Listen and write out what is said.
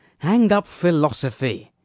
hang up philosophy!